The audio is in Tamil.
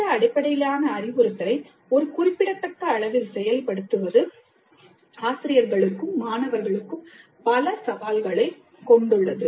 திட்ட அடிப்படையிலான அறிவுறுத்தலை ஒரு குறிப்பிடத்தக்க அளவில் செயல்படுத்துவது ஆசிரியர்களுக்கும் மாணவர்களுக்கும் பல சவால்களைக் கொண்டுள்ளது